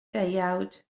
deuawd